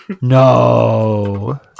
No